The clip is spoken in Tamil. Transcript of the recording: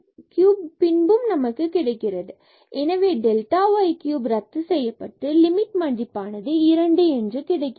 delta y cube இவை இரண்டும் ரத்து செய்யப்பட்டு லிமிட் மதிப்பானது 2 என்று கிடைக்கிறது